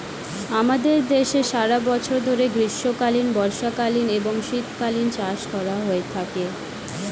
আমাদের দেশে সারা বছর ধরে গ্রীষ্মকালীন, বর্ষাকালীন এবং শীতকালীন চাষ করা হয়ে থাকে